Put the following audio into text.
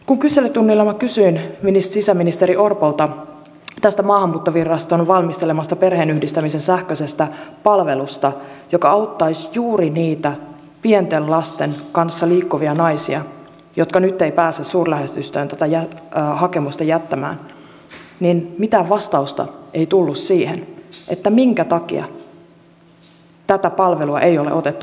kun kyselytunnilla kysyin sisäministeri orpolta tästä maahanmuuttoviraston valmistelemasta perheenyhdistämisen sähköisestä palvelusta joka auttaisi juuri niitä pienten lasten kanssa liikkuvia naisia jotka nyt eivät pääse suurlähetystöön tätä hakemusta jättämään niin mitään vastausta ei tullut siihen minkä takia tätä palvelua ei ole otettu käyttöön